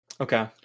Okay